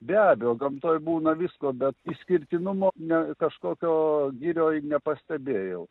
be abejo gamtoj būna visko bet išskirtinumo ne kažkokio girioj nepastebėjau